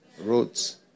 roads